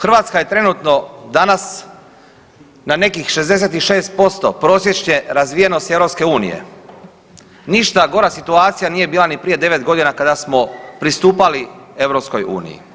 Hrvatska je trenutno danas na nekih 66% prosječne razvijenosti EU, ništa gora situacija nije bila ni prije devet godina kada smo pristupali EU.